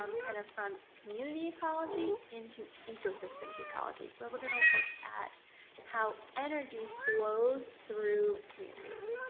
um kind of from community ecology into ecosystems ecology where we're gonna look at how energy flows through communities.